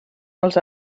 els